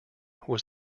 was